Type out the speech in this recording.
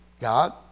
God